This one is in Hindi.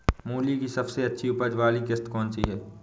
मूली की सबसे अच्छी उपज वाली किश्त कौन सी है?